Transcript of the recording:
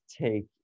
take